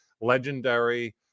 legendary